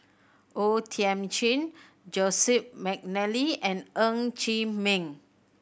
O Thiam Chin Joseph McNally and Ng Chee Meng